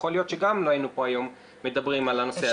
יכול להיות שגם לא היינו פה היום מדברים על הנושא הזה,